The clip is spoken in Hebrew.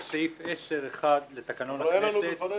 וסעיף 10(1) לתקנון הכנסת.